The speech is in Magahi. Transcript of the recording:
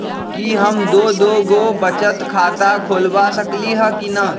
कि हम दो दो गो बचत खाता खोलबा सकली ह की न?